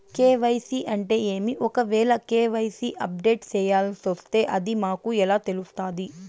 KYC అంటే ఏమి? ఒకవేల కె.వై.సి అప్డేట్ చేయాల్సొస్తే అది మాకు ఎలా తెలుస్తాది?